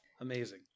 Amazing